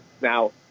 Now